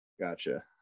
Gotcha